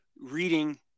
reading